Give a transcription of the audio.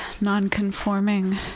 non-conforming